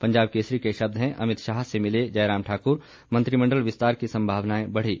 पंजाब केसरी के शब्द हैं अमित शाह से मिले जयराम ठाकुर मंत्रिमंडल विस्तार की संभावनाए बढ़ी